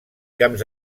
camps